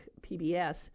PBS